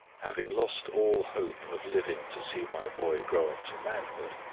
having lost all hope of living to see my boy grow up to manhood,